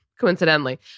coincidentally